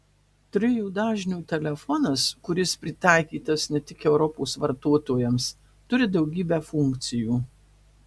trijų dažnių telefonas kuris pritaikytas ne tik europos vartotojams turi daugybę funkcijų